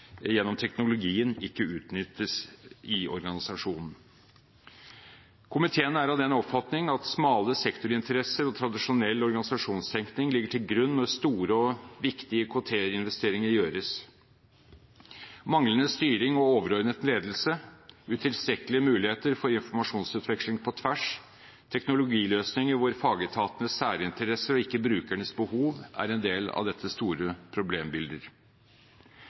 gjennom teknologien, ikke utnyttes i organisasjonen. Komiteen er av den oppfatning at smale sektorinteresser og tradisjonell organisasjonstenkning ligger til grunn når store og viktige IKT-investeringer gjøres. Manglende styring og overordnet ledelse, utilstrekkelige muligheter for informasjonsutveksling på tvers og teknologiløsninger som ivaretar fagetatenes særinteresser, ikke brukernes behov, er en del av dette store problembildet.